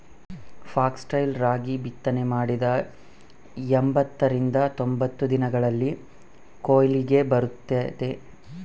foxtail ರಾಗಿ ಬಿತ್ತನೆ ಮಾಡಿದ ಎಂಬತ್ತರಿಂದ ತೊಂಬತ್ತು ದಿನಗಳಲ್ಲಿ ಕೊಯ್ಲಿಗೆ ಬರುತ್ತದೆ